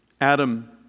Adam